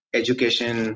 education